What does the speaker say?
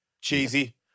Cheesy